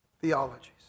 theologies